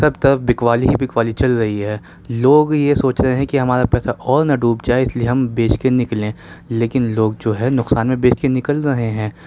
سب طرف بکوالی ہی بکوالی چل رہی ہے لوگ یہ سوچ رہے ہیں کہ ہمارا پیسہ اور نہ ڈوب جائے اس لئے ہم بیچ کے نکل لیں لیکن لوگ جو ہے نقصان میں بیچ کے نکل رہے ہیں